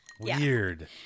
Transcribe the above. Weird